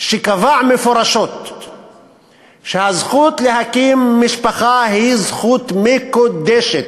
שקבע מפורשות שהזכות להקים משפחה היא זכות מקודשת,